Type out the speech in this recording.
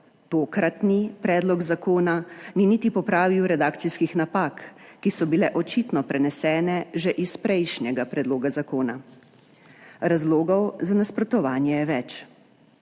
Tokratni predlog zakona ni popravil niti redakcijskih napak, ki so bile očitno prenesene že iz prejšnjega predloga zakona. Razlogov za nasprotovanje je več.